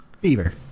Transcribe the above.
Beaver